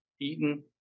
Eaton